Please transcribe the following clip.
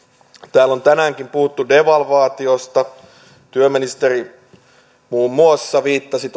täällä on tänäänkin puhuttu devalvaatiosta työministeri muun muassa viittasi